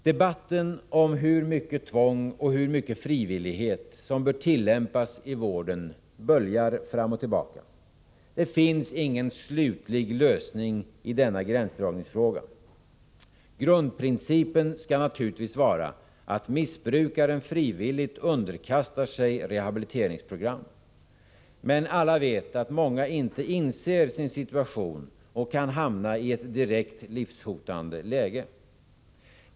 Debatten om hur mycket tvång och hur mycket frivillighet som bör tillämpas i vården böljar fram och tillbaka. Det finns ingen slutlig lösning i denna gränsdragningsfråga. Grundprincipen skall naturligtvis vara att missbrukaren frivilligt skall underkasta sig rehabiliteringsprogram. Men alla vet att många inte inser sin situation och kan hamna i ett direkt livshotande läge.